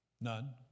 None